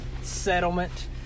settlement